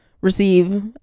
receive